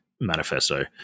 manifesto